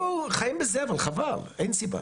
פה חיים בזבל, חבל, אין סיבה.